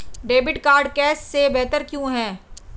Debit card cash से बेहतर क्यों है?